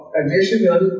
additional